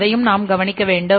அதையும் நாம் கவனிக்க வேண்டும்